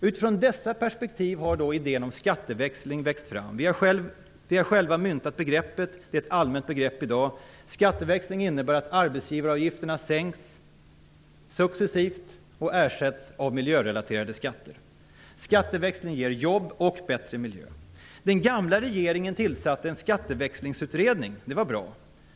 Utifrån dessa perspektiv har idén om skatteväxling växt fram. Vi har själva myntat begreppet som är ett allmänt begrepp i dag. Skatteväxling innebär att arbetsgivaravgifterna sänks successivt och ersätts av miljörelaterade skatter. Skatteväxling ger jobb och bättre miljö. Den gamla regeringen tillsatte en skatteväxlingsutredning. Det var bra.